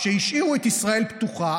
שהשאירו את ישראל פתוחה,